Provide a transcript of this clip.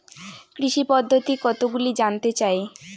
কৃষি পদ্ধতি কতগুলি জানতে চাই?